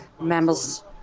mammals